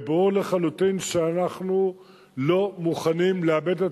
ברור לחלוטין שאנחנו לא מוכנים לאבד את